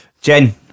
jen